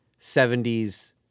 70s